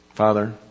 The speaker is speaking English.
Father